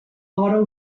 auto